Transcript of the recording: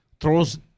throws